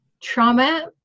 trauma